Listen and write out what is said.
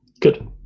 good